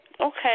Okay